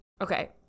Okay